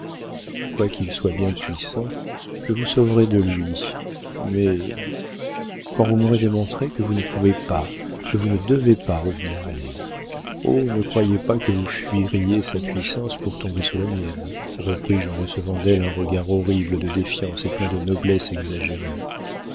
quoiqu'il soit bien puissant je vous sauverai de lui mais quand vous m'aurez démontré que vous ne pouvez pas que vous ne devez pas revenir à lui oh ne croyez pas que vous fuiriez sa puissance pour tomber sous la mienne repris-je en recevant d'elle un regard horrible de défiance et plein de noblesse exagérée